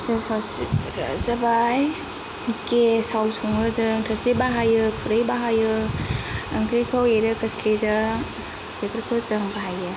gas आव सिबग्रा जाबाय गेस आव सङो जों थोरसि बाहायो खुरै बाहायो ओंख्रिखौ एरो खोस्लिजों बेफोरखौ जों बाहायो